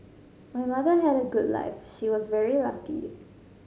my mother had a good life she was very lucky